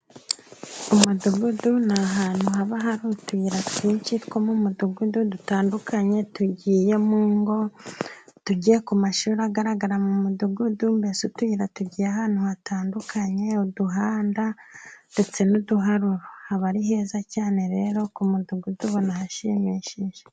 Umudugudu n'ahantu haba hari utuyira twinshi two mu mudugudu dutandukanye, tugiyemo ngo, tugiye ku mashuri agaragara mu mudugudu, mbese utuyira tugiye ahantu hatandukanye, uduhanda ndetse n'uduharuro haba ari heza cyane rero ku mudugudu ubona ahashimishije.